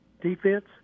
defense